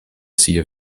sia